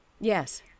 Yes